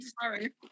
sorry